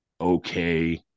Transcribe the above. okay